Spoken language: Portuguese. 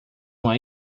uma